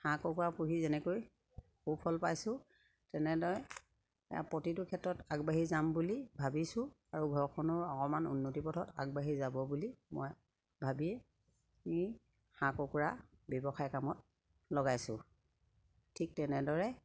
হাঁহ কুকুৰা পুহি যেনেকৈ সুফল পাইছোঁ তেনেদৰে প্ৰতিটো ক্ষেত্ৰত আগবাঢ়ি যাম বুলি ভাবিছোঁ আৰু ঘৰখনৰ অকমান উন্নতি পথত আগবাঢ়ি যাব বুলি মই ভাবিয়ে ই হাঁহ কুকুৰা ব্যৱসায় কামত লগাইছোঁ ঠিক তেনেদৰে